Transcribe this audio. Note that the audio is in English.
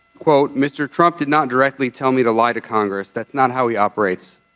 quote mr. trump did not directly tell me to lie to congress. that's not how he operates.